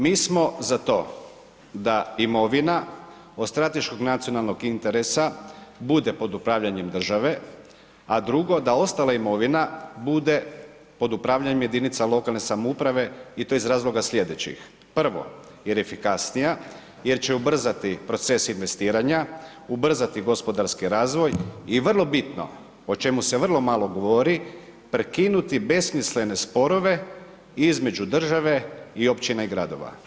Mi smo za to da imovina od strateškog nacionalnog interesa bude pod upravljanjem države, a drugo, da ostala imovina bude pod upravljanjem jedinica lokalne samouprave i to iz razloga slijedećih, prvo jer je efikasnija, jer će ubrzati proces investiranja, ubrzati gospodarski razvoj i vrlo bitno, o čemu se vrlo malo govori, prekinuti besmislene sporove između države i općina i gradova.